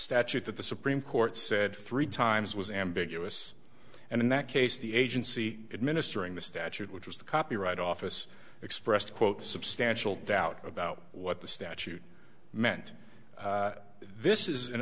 statute that the supreme court said three times was ambiguous and in that case the agency administering the statute which was the copyright office expressed quote substantial doubt about what the statute meant this is an